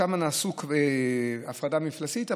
שם עשו הפרדה מפלסית,